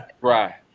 right